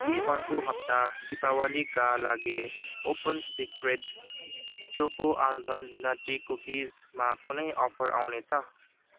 के अर्को हप्ता दीपावलीका लागि open secret choco almond nutty कुकिजमा कुनै अफर आउनेछ